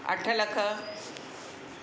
अठ लख